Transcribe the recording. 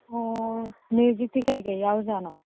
ꯑꯣ ꯃꯤꯎꯖꯤꯛꯇꯤ ꯀꯔꯤ ꯀꯔꯤ ꯌꯥꯎꯕꯖꯥꯠꯅꯣ